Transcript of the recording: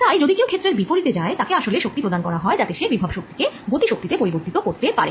তাই যদি কেউ ক্ষেত্রের বিপরীতে যায় তাকে আসলে শক্তি প্রদান করা হয় যাতে সে বিভব শক্তি কে গতি শক্তি তে পরিবর্তিত করতে পারে